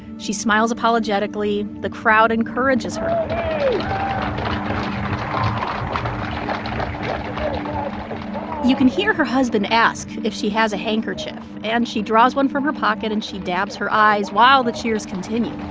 she smiles apologetically. the crowd encourages her um you can hear her husband ask if she has a handkerchief. and she draws one from her pocket, and she dabs her eyes while the cheers continue